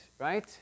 right